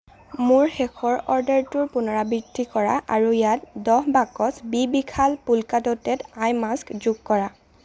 মোৰ শেষৰ অৰ্ডাৰটোৰ পুনৰাবৃত্তি কৰা আৰু ইয়াত দহ বাকচ বি বিশাল পোলকা ডটেড আই মাস্ক যোগ কৰা